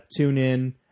TuneIn